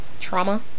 Trauma